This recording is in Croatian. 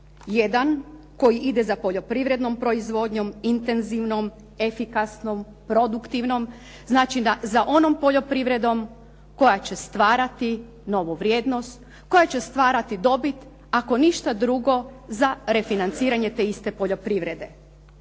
Jedan koji ide za poljoprivrednom proizvodnjom, intenzivnom, efikasnom, produktivnom, znači za onom poljoprivredom koja će stvarati novu vrijednost, koja će stvarati dobit, ako ništa drugo za refinanciranje te iste poljoprivrede.